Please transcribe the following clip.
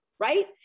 right